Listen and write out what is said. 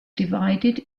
divided